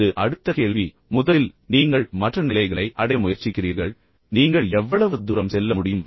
அது அடுத்த கேள்வி ஆனால் முதலில் நீங்கள் மற்ற நிலைகளை அடைய முயற்சிக்கிறீர்கள் நீங்கள் எவ்வளவு தூரம் செல்ல முடியும்